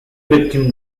victim